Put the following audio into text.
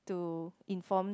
to inform